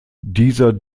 dieser